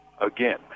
again